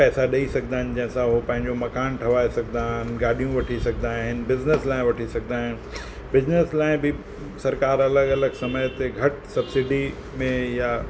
पैसा ॾई सघंदा आहिनि जंहिंसां उहे पंहिंजो मकानु ठाहे सघंदा आहिनि गाॾियूं वठी सघंदा आहिनि बिजनिस लाइ वठी सघंदा आहिनि बिजनिस लाइ बि सरकारु अलॻि अलॻि समय ते घटि सब्सिडी में या